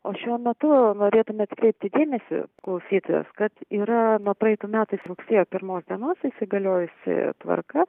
o šiuo metu norėtume atkreipti dėmesį klausytojos kad yra nuo praeitų metais rugsėjo pirmos dienos įsigaliojusi tvarka